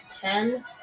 Ten